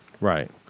Right